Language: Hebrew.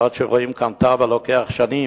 עד שרואים תב"ע לוקח שנים,